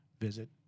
visit